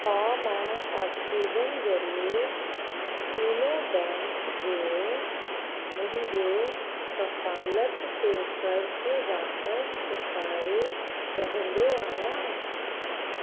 छा मां आक्सीजन ज़रिए फीनो बैंक जो मुंहिंजो कफ़ालत ते कर्ज़ु वापस चुकाए सघंदो आहियां